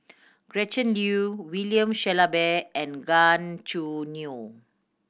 Gretchen Liu William Shellabear and Gan Choo Neo